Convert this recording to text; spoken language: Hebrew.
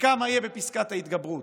וכמה יהיה בפסקת ההתגברות.